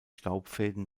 staubfäden